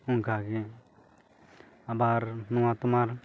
ᱚᱱᱠᱟᱜᱮ ᱟᱵᱚᱨ ᱱᱚᱣᱟ ᱛᱳᱢᱟᱨ